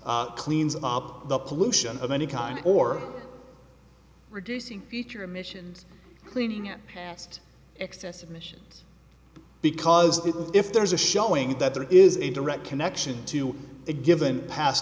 s cleans up the pollution of any kind or reducing feature emissions cleaning it past excessive emissions because if there's a showing that there is a direct connection to a given past